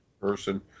person